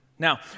Now